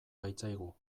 baitzaigu